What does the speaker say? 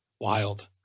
Wild